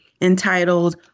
entitled